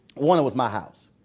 one, it was my house.